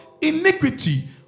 iniquity